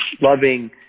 loving